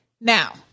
Now